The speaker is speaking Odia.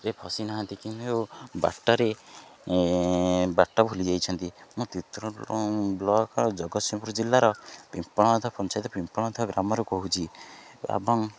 ରେ ଫସି ନାହାନ୍ତି କିନ୍ତୁ ବାଟରେ ବାଟ ଭୁଲି ଯାଇଛନ୍ତି ମୁଁ ତିର୍ତ୍ତୋଲ ବ୍ଲକ ଜଗତସିଂହପୁର ଜିଲ୍ଲାର ପିମ୍ପଳ ପଞ୍ଚାୟତ ପିମ୍ପଳଥ ଗ୍ରାମରୁ କହୁଛି ଏବଂ